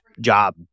job